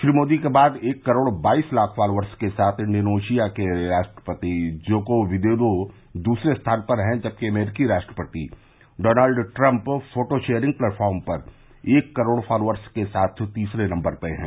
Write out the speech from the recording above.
श्री मोदी के बाद एक करोड बाईस लाख फॉलोअर्स के साथ इंडोनेशिया के राष्ट्रपति जोको विदोदो दूसरे स्थान पर हैं जबकि अमरीकी राष्ट्रपति Donald Trump photo sharing platform पर एक करोड़ फॉलोअर्स के साथ तीसरे नंबर पर हैं